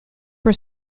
were